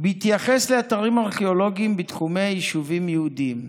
בהתייחס לאתרים ארכיאולוגיים בתחומי יישובים יהודיים,